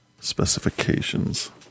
Specifications